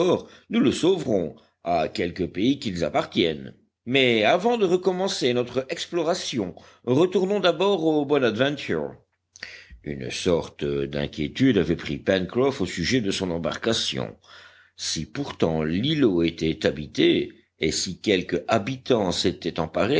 nous le sauverons à quelque pays qu'il appartienne mais avant de recommencer notre exploration retournons d'abord au bonadventure une sorte d'inquiétude avait pris pencroff au sujet de son embarcation si pourtant l'îlot était habité et si quelque habitant s'était emparé